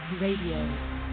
Radio